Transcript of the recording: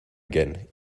again